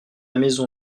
maison